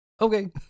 okay